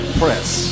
press